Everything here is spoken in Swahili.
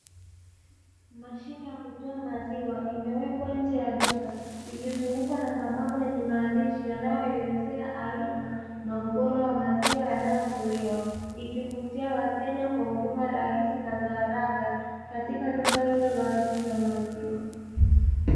Mashine ya kutoa maziwa imewekwa nje ya duka ikizungukwa na mabango yenye maandishi yanayoelezea aina na ubora wa maziwa yanayotolewa ikivutia wateja kwa huduma rahisi na za haraka katika duka hilo la vitu vya maziwa.